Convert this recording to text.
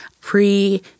pre